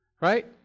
Right